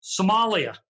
Somalia